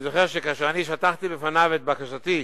אני זוכר שכאשר אני שטחתי בפניו את בקשתי,